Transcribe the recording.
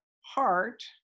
heart